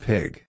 Pig